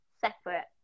separate